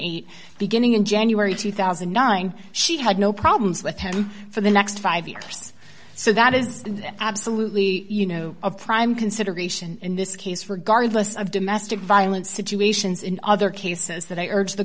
eight beginning in january two thousand and nine she had no problems with him for the next five years so that is absolutely you know a prime consideration in this case regardless of domestic violence situations in other cases that i urge t